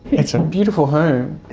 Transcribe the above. it's a beautiful home.